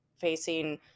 facing